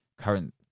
current